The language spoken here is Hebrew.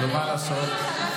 ומה לעשות.